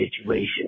situation